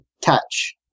touch